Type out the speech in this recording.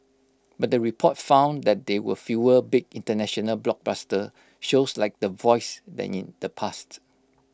but the report found that there were fewer big International blockbuster shows like The Voice than in the past